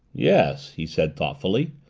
yes, he said thoughtfully.